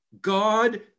God